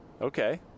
Okay